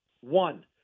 one